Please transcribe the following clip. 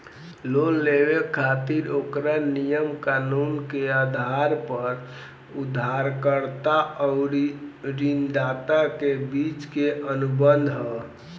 loan लेबे खातिर ओकरा नियम कानून के आधार पर उधारकर्ता अउरी ऋणदाता के बीच के अनुबंध ह